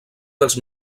dels